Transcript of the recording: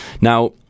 Now